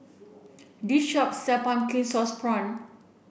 this shop sells pumpkin sauce prawns